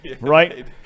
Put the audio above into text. right